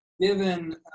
Given